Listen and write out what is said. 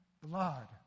blood